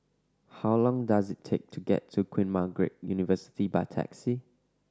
how long does it take to get to Queen Margaret University by taxi